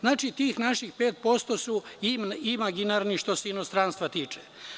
Znači, tih naših 5% su imaginarni, što se inostranstva tiče.